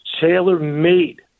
tailor-made